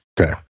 Okay